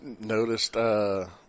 noticed